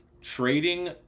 Trading